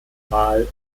wahl